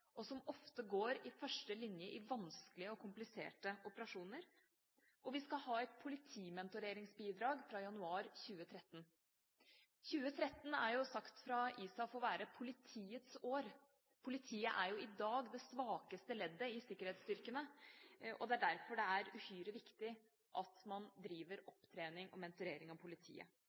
og som ofte går i første linje i vanskelige og kompliserte operasjoner, og vi skal ha et politimentoreringsbidrag fra januar 2013. 2013 er sagt fra ISAF å være politiets år. Politiet er jo i dag det svakeste leddet i sikkerhetsstyrkene, og det er derfor det er uhyre viktig at man driver opptrening og mentorering av politiet.